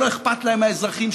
שלא אכפת לך מהאזרחים,